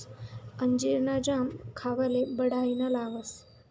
अंजीर ना जाम खावाले बढाईना लागस